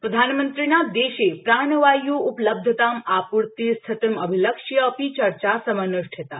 प्रधामन्त्रिणा देशे प्राणवायु उपलब्धतां आपूर्तिस्थितिमभिलक्ष्य अपि चर्चा समनुष्ठिता